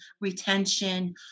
retention